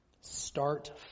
Start